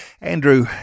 Andrew